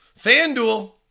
FanDuel